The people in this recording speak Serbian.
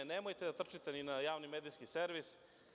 Nemojte da trčite na javni medijski servis.